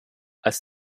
als